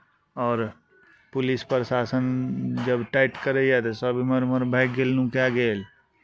आओर पुलिस प्रशासन जब टाइट करैए तऽ सभ एमहर ओमहर भागि गेल नुकाए गेल